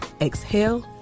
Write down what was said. exhale